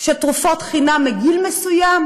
של תרופות חינם מגיל מסוים.